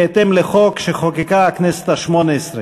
בהתאם לחוק שחוקקה הכנסת השמונה-עשרה,